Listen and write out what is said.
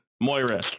Moira